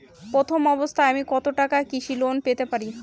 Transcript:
প্রথম অবস্থায় আমি কত টাকা কৃষি লোন পেতে পারি?